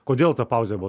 kodėl ta pauzė buvo